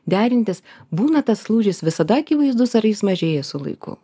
derintis būna tas lūžis visada akivaizdus ar jis mažėja su laiku